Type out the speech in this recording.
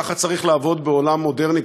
כך צריך לעבוד בעולם מודרני,